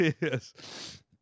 Yes